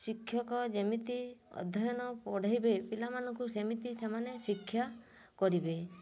ଶିକ୍ଷକ ଯେମିତି ଅଧ୍ୟୟନ ପଢାଇବେ ପିଲାମାନଙ୍କୁ ସେମିତି ସେମାନେ ଶିକ୍ଷା କରିବେ